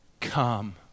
Come